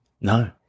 No